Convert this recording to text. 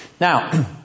Now